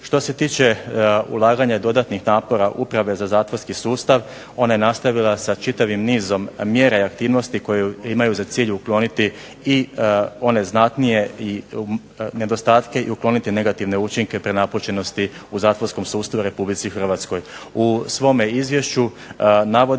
Što se tiče ulaganja dodatnih napora uprave za zatvorski sustav, ona je nastavila sa čitavim nizom mjera i aktivnosti koje imaju za cilj ukloniti i one znatnije i nedostatke i ukloniti negativne učinke prenapučenosti u zatvorskom sustavu u Republici Hrvatskoj. U svome izvješću navodi